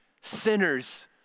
sinners